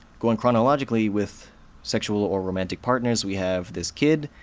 going chronologically with sexual or romantic partners, we have this kid,